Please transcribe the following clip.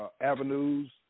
avenues